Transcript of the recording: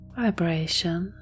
vibration